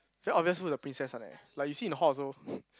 very obvious who the princess are that like you see in hall also